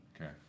Okay